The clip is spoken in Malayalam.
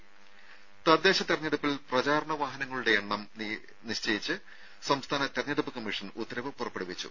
ദ്ദേ തദ്ദേശ തെരഞ്ഞെടുപ്പിൽ പ്രചാരണ വാഹനങ്ങളുടെ എണ്ണം നിശ്ചയിച്ച് സംസ്ഥാന തെരഞ്ഞെടുപ്പ് കമ്മീഷൻ ഉത്തരവ് പുറപ്പെടുവിച്ചു